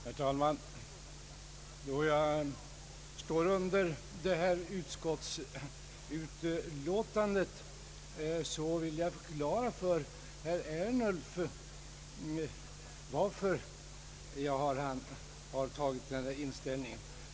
Herr talman! Då mitt namn står under detta utskottsutlåtande vill jag förklara för herr Ernulf varför jag har denna inställning.